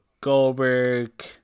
Goldberg